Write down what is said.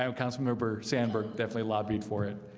um councilmember sandburg definitely lobbied for it.